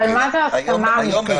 אבל מה זה הסכמה אמיתית?